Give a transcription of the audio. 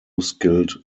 skilled